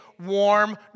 warm